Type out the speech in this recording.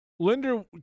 Linder